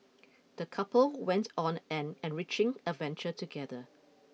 the couple went on an enriching adventure together